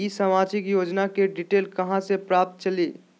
ई सामाजिक योजना के डिटेल कहा से पता चली?